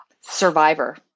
Survivor